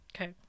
okay